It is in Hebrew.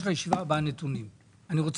אני מבקש לישיבה הבאה נתונים,